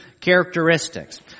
characteristics